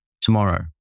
tomorrow